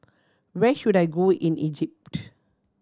where should I go in Egypt